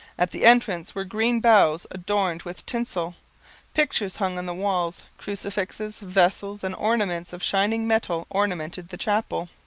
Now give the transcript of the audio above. at the entrance were green boughs adorned with tinsel pictures hung on the walls crucifixes, vessels, and ornaments of shining metal ornamented the chapel.